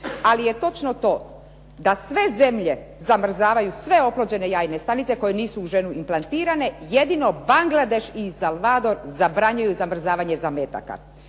Ali je točno to da sve zemlje zamrzavaju sve oplođene jajne stanice koje nisu u ženu implantirane, jedino Bangladeš i Salvador zabranjuju zamrzavanje zametaka.